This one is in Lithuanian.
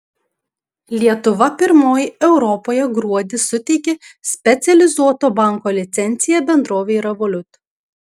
lietuva pirmoji europoje gruodį suteikė specializuoto banko licenciją bendrovei revolut